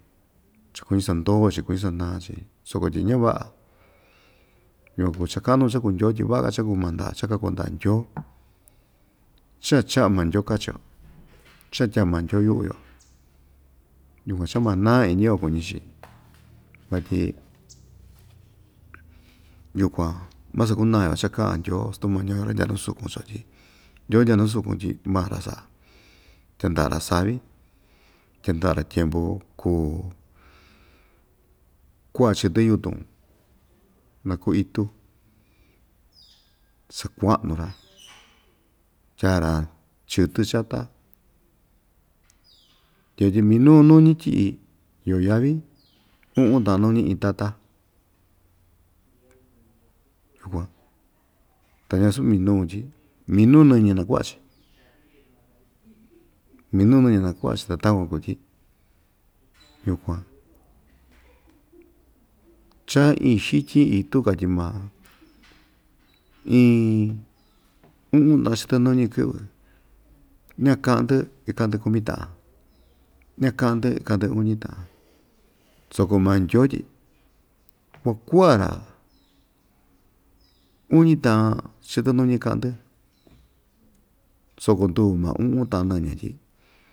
Cha kuñi sandoo‑chi kuñi sanaa‑chi soko tyi ñavaꞌa yukuan kuu cha kaꞌnu kuu cha ikuu ndyoo tyi vaꞌa‑ka cha ikuu maa ndaꞌa cha ikaku ndyaꞌa ndyoo cha ichaꞌa maa ndyoo kachi‑yo cha itya maa ndyoo yuꞌu‑yo yukuan cha ma naa iñi‑yo kuñi‑chi vatyi yukuan maa sakuna‑yo cha ikaꞌan ndyoo sutu mañi‑yo ra ndyaa nuu sukun sotyi ndyoo ndya nu sukun tyi maa‑ra saꞌa tyandaꞌa‑ra savi tyandaꞌa‑ra tyempu kuu kuaꞌa chɨtɨ yutun nakuu itu sacuaꞌna‑ra tyaa‑ra chɨtɨ chata ndyeꞌe tyi minuu nuñi tyiꞌi yuꞌu yavi uꞌun taꞌan nuñi itantan ta ñasuu minuu tyi minuu niñi nakuaꞌa‑chi ta takuan kuu tyi yukuan cha iin sɨtyin itu katyi maa ii uꞌun taꞌa chitu nuñi ikɨꞌvɨ naa ikaꞌa‑ndɨ itaꞌdɨ kumi taꞌan ña ikaꞌa‑ndi kaꞌa‑ndɨ uñi taꞌan soko maa ndyoo tti kua kuaꞌa‑ra uñi taꞌa chɨtɨ nuñi ii kaꞌa‑ndi soko nduu maa uꞌun taꞌan nɨñɨ tyi.